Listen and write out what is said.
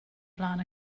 flaen